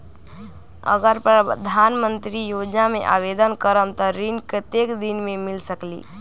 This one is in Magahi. अगर प्रधानमंत्री योजना में आवेदन करम त ऋण कतेक दिन मे मिल सकेली?